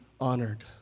honored